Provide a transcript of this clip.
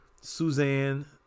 Suzanne